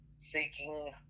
seeking